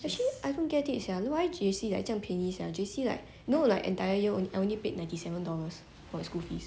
actually why I haven't get it sia why J_C like 这样便宜 sia J_C like more like entire year I only paid like ninety seven dollars for my school fees